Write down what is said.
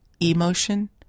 Emotion